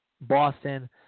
Boston